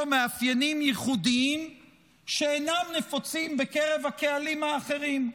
מאפיינים ייחודיים שאינם נפוצים בקרב הקהלים האחרים,